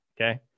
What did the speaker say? Okay